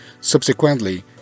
Subsequently